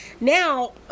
now